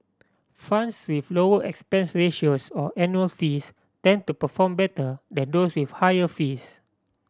funds with lower expense ratios or annual fees tend to perform better than those with higher fees